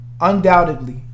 undoubtedly